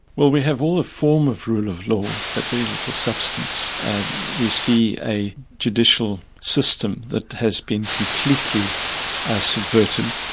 well, we have all the form of rule of law but very little substance, and we see a judicial system that has been completely subverted.